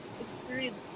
experience